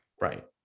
Right